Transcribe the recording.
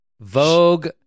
Vogue